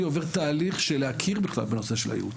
עובר תהליך של להכיר בכלל בנושא של הייעוץ,